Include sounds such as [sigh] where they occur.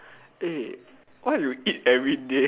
eh what you eat everyday [laughs]